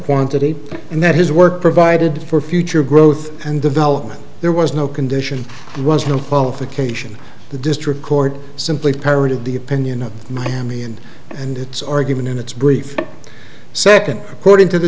quantity and that his work provided for future growth and development there was no condition there was no qualification the district court simply parroted the opinion of miami and and its argument in its brief second according to the